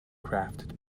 crafted